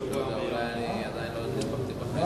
להסיר מסדר-היום.